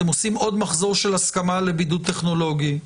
אתם עושים עוד מחזור של הסכמה לבידוד טכנולוגי.